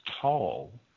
tall